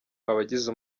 abagize